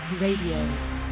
Radio